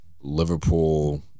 liverpool